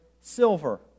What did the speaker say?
silver